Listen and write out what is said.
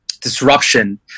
disruption